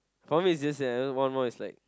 for me it's just that then one more is like